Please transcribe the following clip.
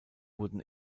wurden